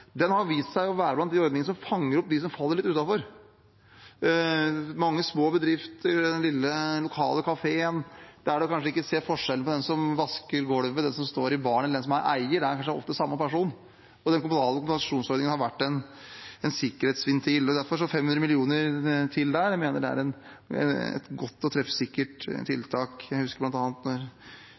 Den har vist seg å være blant de ordningene som fanger opp dem som faller litt utenfor – mange små bedrifter, den lille lokale kafeen der man kanskje ikke ser forskjell på den som vasker golvet, den som står i baren eller den som er eier, for det er ofte samme person. Den kommunale kompensasjonsordningen har vært en sikkerhetsventil. Derfor er det 500 mill. kr til der, og jeg mener det er et godt og treffsikkert tiltak. Jeg husker